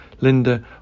Linda